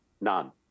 None